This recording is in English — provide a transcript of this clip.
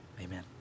Amen